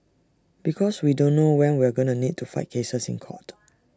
because we don't know when we're going to need to fight cases in court